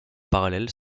parallèle